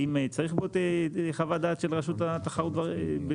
האם צריך פה את חוות הדעת של רשות התחרות בהקשר